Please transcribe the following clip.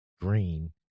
green